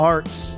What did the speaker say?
Arts